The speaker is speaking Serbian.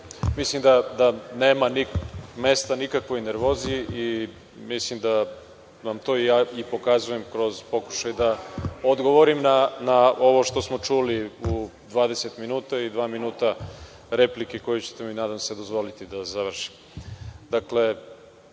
Mislim da nema mesta nikakvoj nervozi. Mislim da vam to ja i pokazujem kroz pokušaj da odgovorim na ovo što smo čuli u 20 minuta i dva minuta replike, koju ćete mi, nadam se, dozvoliti da završim. Bez